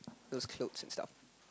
those clothes and stuff